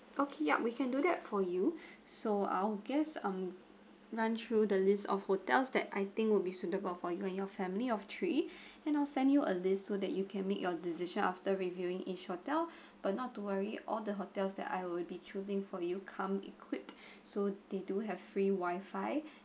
okay yup we can do that for you so I'll just mm run through the list of hotels that I think will be suitable for you and your family of three and I'll send you a list so that you can make your decision after reviewing each hotel but not to worry all the hotels that I will be choosing for you come equipped so they do have free wifi